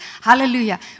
Hallelujah